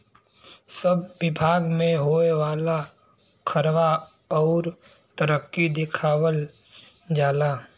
सब बिभाग मे होए वाला खर्वा अउर तरक्की दिखावल जाला